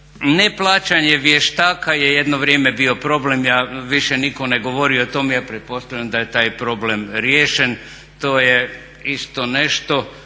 Neplaćanje vještaka je jedno vrijeme bio problem, više nitko ne govori o tome, ja pretpostavljam da je taj problem riješen, to je isto nešto